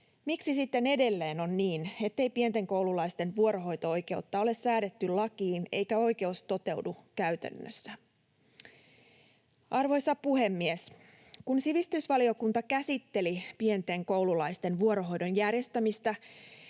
Miksi sitten edelleen on niin, ettei pienten koululaisten vuorohoito-oikeutta ole säädetty lakiin eikä oikeus toteudu käytännössä? Arvoisa puhemies! Kun sivistysvaliokunta käsitteli pienten koululaisten vuorohoidon järjestämistä,